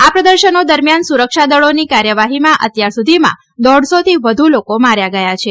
આ પ્રદર્શનો દરમિયાન સુરક્ષાદળોની કાર્યવાહીમાં અત્યાર સુધીમાં દોઢસોથી વધુ લોકો માર્યા ગયા છે